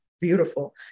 beautiful